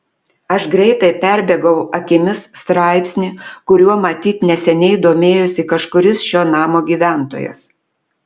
aš greitai perbėgau akimis straipsnį kuriuo matyt neseniai domėjosi kažkuris šio namo gyventojas